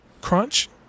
Crunch